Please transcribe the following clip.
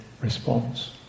response